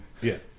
Yes